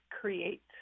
create